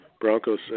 Broncos